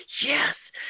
yes